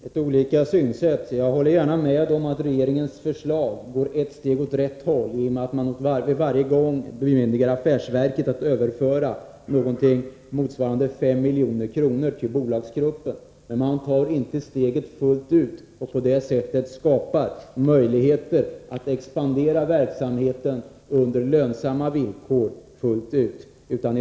Fru talman! På tal om olika synsätt håller jag gärna med om att regeringen går ett steg i rätt riktning, i och med att regeringen varje gång bemyndigar affärsverket att överföra motsvarande 5 milj.kr. till bolagsgruppen. Men regeringen tar inte steget fullt ut, för att på det sättet skapa möjligheter för FFV att på lönsamma villkor expandera verksamheten.